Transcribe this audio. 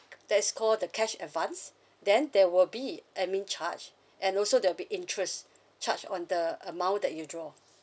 that is called the cash advance then there will be admin charge and also there'll be interest charged on the amount that you draw